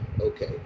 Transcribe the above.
okay